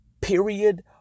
Period